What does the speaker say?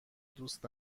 دوست